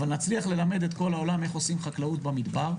אבל נצליח ללמד את כל העולם איך עושים חקלאות במדבר.